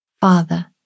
Father